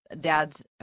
dads